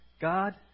God